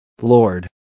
Lord